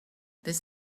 this